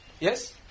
Yes